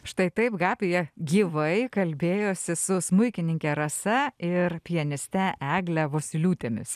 štai taip gabija gyvai kalbėjosi su smuikininke rasa ir pianiste egle vosyliūtėmis